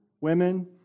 women